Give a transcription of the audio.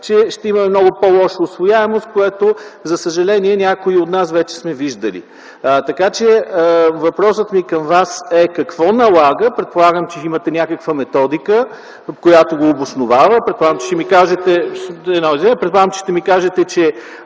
че ще имаме много по-лошо усвояване, което, за съжаление, някои от нас вече сме виждали. Така че въпросът ми към Вас е какво налага, предполагам, че имате някаква методика, която го обосновава, предполагам, че ще ми я кажете, че